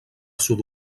sud